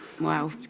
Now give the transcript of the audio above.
Wow